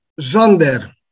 Zonder